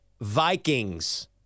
Vikings